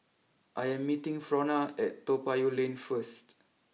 I am meeting Frona at Toa Payoh Lane first